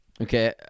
Okay